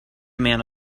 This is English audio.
amount